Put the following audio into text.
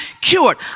cured